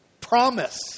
promise